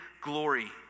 glory